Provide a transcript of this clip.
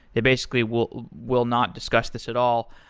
they basically will will not discuss this at all.